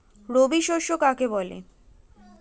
রবি শস্য কাকে বলে?